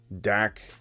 Dak